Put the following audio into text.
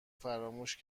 فراموش